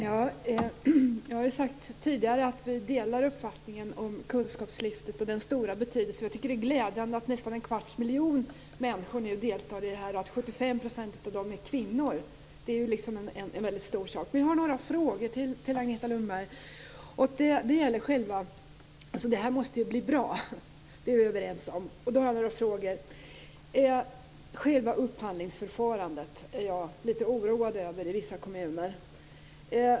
Herr talman! Jag har tidigare sagt att vi har samma uppfattning, Agneta Lundberg, när det gäller kunskapslyftet. Det har stor betydelse. Det är glädjande att nästan en kvarts miljon människor deltar i det projektet. Att 75 % av dem som deltar är kvinnor är en stor sak. Att det här måste bli bra är vi överens om. Jag har dock några frågor. Själva upphandlingsförfarandet i vissa kommuner är jag litet oroad över.